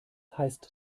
heißt